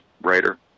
writer